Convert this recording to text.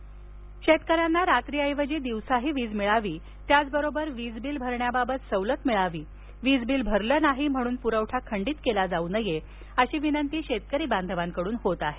वीज शेतकऱ्यांना रात्री ऐवजी दिवसाची वीज मिळावी त्याच बरोबर वीज बील भरण्याबाबत सवलत मिळावी बील भरले नाही म्हणून वीज प्रवठा खंडीत केला जाऊ नये अशी विनंती शेतकरी बांधवाकडून होत आहे